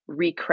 recraft